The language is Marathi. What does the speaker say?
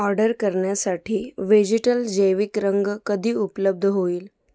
ऑर्डर करण्यासाठी व्हेजिटल जैविक रंग कधी उपलब्ध होईल